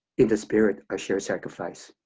in the spirit of shared sacrifice.